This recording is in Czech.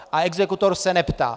A exekutor se neptá.